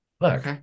Look